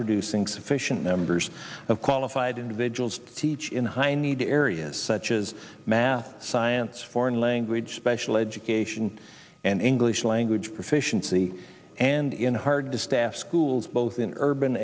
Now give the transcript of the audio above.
producing sufficient numbers of qualified individuals teach in high need areas such as math science foreign language special education and english language proficiency and in hard to staff schools both in urban